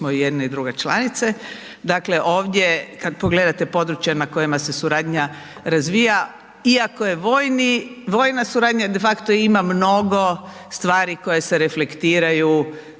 čiji smo i jedni i druga članice. Dakle, ovdje, kad pogledate područja na kojima se suradnja razvija, iako je vojna suradnja, de facto ima mnogo stvari koje se reflektiraju